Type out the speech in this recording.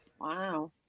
Wow